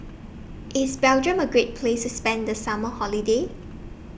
IS Belgium A Great Place spend The Summer Holiday